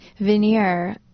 veneer